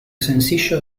sencillo